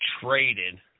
traded